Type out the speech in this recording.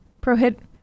Prohibit